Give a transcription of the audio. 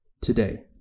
today